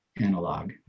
analog